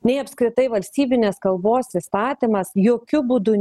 nei apskritai valstybinės kalbos įstatymas jokiu būdu